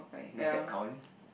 does that count